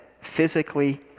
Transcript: physically